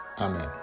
Amen